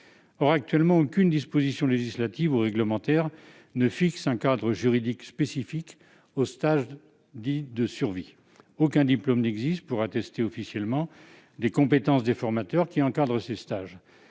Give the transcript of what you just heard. Or, actuellement, aucune disposition législative ou réglementaire ne fixe un cadre juridique spécifique aux stages dits « de survie ». Aucun diplôme n'existe pour attester officiellement des compétences des formateurs qui les encadrent. Certains